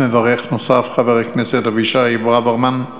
מברך נוסף, חבר הכנסת אבישי ברוורמן.